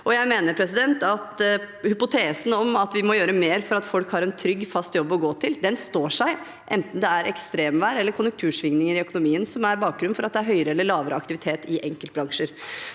Jeg mener at hypotesen om at vi må gjøre mer for at folk har en trygg, fast jobb å gå til, står seg, enten det er ekstremvær eller konjunktursvingninger i økonomien som er bakgrunnen for at det er høyere eller lavere aktivitet i enkeltbransjer.